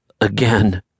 again